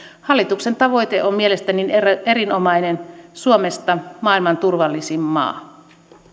hallituksen tavoite on mielestäni erinomainen suomesta maailman turvallisin maa